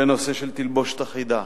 בנושא של תלבושת אחידה,